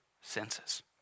senses